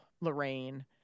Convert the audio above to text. Lorraine